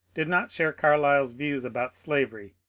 did not share carlyle's views about slavery,